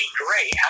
great